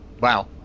wow